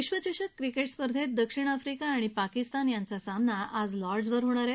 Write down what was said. विश्वचषक क्रिकेट स्पर्धेत दक्षिण आफ्रीका आणि पाकिस्तान यांचा सामना आज लॉर्ड्सवर होणार आहे